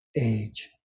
age